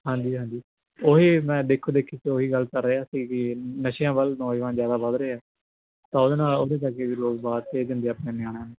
ਹਾਂਜੀ ਹਾਂਜੀ ਉਹੀ ਮੈਂ ਦੇਖੋ ਦੇਖੀ ਉਹੀ ਗੱਲ ਕਰ ਰਿਹਾ ਸੀ ਕਿ ਨਸ਼ਿਆਂ ਵੱਲ ਨੌਜਵਾਨ ਜ਼ਿਆਦਾ ਵੱਧ ਰਿਹਾ ਤਾਂ ਉਹਦੇ ਨਾਲ ਉਹਦੇ ਕਰਕੇ ਵੀ ਲੋਕ ਬਾਹਰ ਭੇਜ ਦਿੰਦੇ ਆਪਣੇ ਨਿਆਣਿਆਂ ਨੂੰ